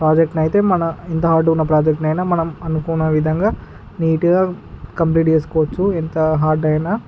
ప్రాజెక్టుని అయితే మన ఎంత హార్డుగా ఉన్న ప్రాజెక్ట్నైనా మనం అనుకున్న విధంగా నీటుగా కంప్లీట్ చేసుకోవచ్చు ఎంత హార్డ్ అయినా